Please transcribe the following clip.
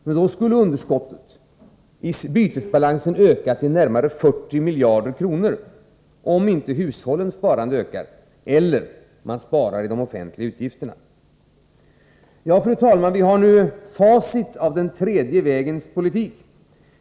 Men då skulle underskottet i bytesbalansen öka till närmare 40 miljarder kronor, såvida inte hushållens sparande ökade kraftigt eller det genomfördes omfattande besparingar i de offentliga utgifterna. Fru talman! Vi har nu facit av den tredje vägens politik.